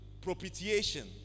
propitiation